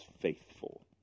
faithful